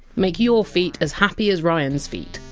make your feet as happy as ryan! s feet,